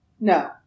No